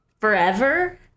forever